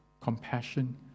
compassion